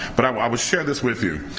but i will i will share this with you.